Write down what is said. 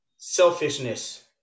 selfishness